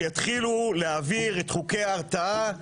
שיתחילו להעביר את חוקי ההרתעה והמשילות,